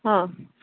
હં